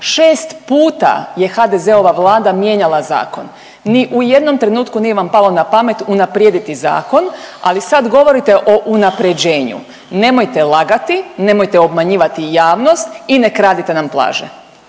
šest puta je HDZ-ova vlada mijenjala zakon ni u jednom trenutku nije vam palo na pamet unaprijediti zakon, ali sad govorite o unapređenju. Nemojte lagati, nemojte obmanjivati javnost i ne kradite nam plaže.